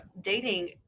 dating